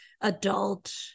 adult